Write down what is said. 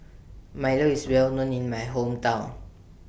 Milo IS Well known in My Hometown